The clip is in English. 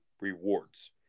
rewards